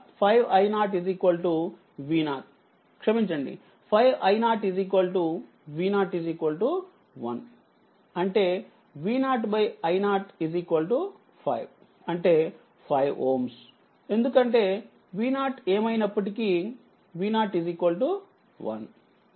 ప్రాథమికంగా 5i0 V0క్షమించండి 5i0 V0 1అంటే V0 i0 5 అంటే5Ω ఎందుకంటే V0ఏమైనప్పటికీ V0 1